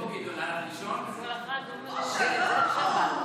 אדוני היושב-ראש, כנסת נכבדה,